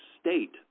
state